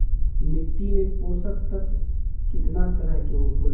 मिट्टी में पोषक तत्व कितना तरह के होला?